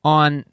on